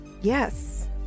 yes